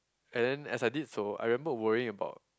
and then as I did so I remember worrying about